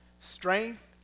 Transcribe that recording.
Strength